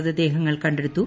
മൃതദേഹങ്ങൾ കണ്ടെടുത്തു